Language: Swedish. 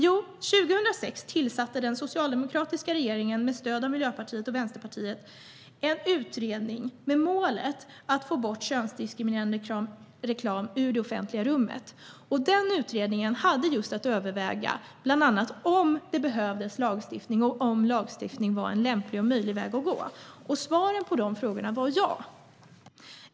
År 2006 tillsatte den socialdemokratiska regeringen med stöd av Miljöpartiet och Vänsterpartiet en utredning med målet att få bort könsdiskriminerande reklam ur det offentliga rummet. Utredningen hade att överväga bland annat om lagstiftning behövdes och om en sådan lagstiftning var en lämplig och möjlig väg att gå. Svaren på dessa frågor var ja.